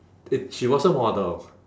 it she was a model